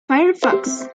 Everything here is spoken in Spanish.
firefox